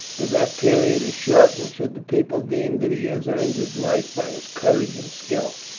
but that period is shortened should the people deem that he has earned his life by his courage and skill.